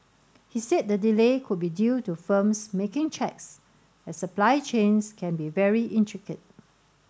he said the delay could be due to firms making checks as supply chains can be very intricate